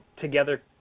together